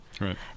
Right